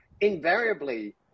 invariably